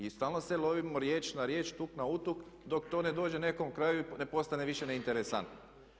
I stalno se lovimo riječ na riječ, tuk a utuk dok to ne dođe nekom kraju i ne postane više neinteresantno.